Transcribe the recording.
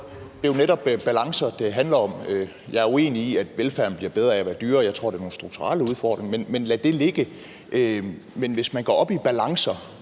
Det er jo netop balancer, det handler om. Jeg er uenig i, at velfærden bliver bedre af at være dyrere; jeg tror, det handler om nogle strukturelle udfordringer. Men lad det ligge. Men hvis man går op i balancer,